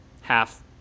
half